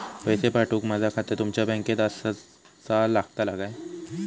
पैसे पाठुक माझा खाता तुमच्या बँकेत आसाचा लागताला काय?